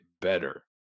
better